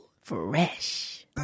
fresh